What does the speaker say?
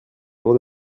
loin